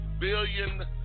billion